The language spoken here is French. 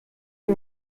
les